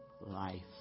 life